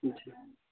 جی